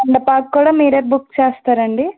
మండపానికి కూడా మీరే బుక్ చేస్తారా అండి